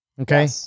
Okay